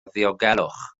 ddiogelwch